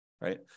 right